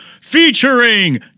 featuring